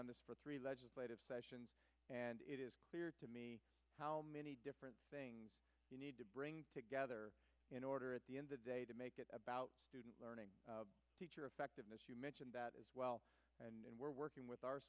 on this for three legislative sessions and it is clear to me how many different things you need to bring together in order at the end the day to make it about student learning teacher effectiveness you mentioned that as well and we're working with our